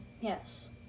Yes